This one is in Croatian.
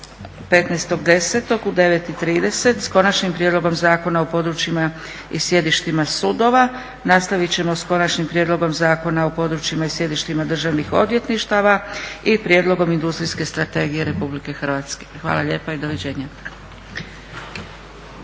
15.10. u 9,30 s Konačnim prijedlogom Zakona o područjima i sjedištima sudova, nastavit ćemo s Konačnim prijedlogom Zakona o područjima i sjedištima državnih odvjetništava i prijedlogom Industrijske strategije RH. Hvala lijepa i doviđenja.